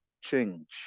change